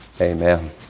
Amen